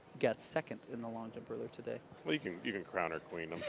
got second in the long jump earlier today. will you can you can crown her queen,